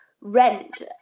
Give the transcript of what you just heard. rent